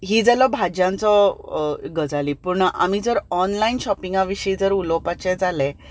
ही जालो भाज्यांचो गजाली पूण आमी जर ऑनलायन शॉपिंगा विशीं जर उलोवपाचें जालें